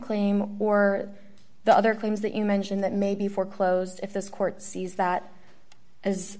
claim or the other claims that you mentioned that may be foreclosed if this court sees that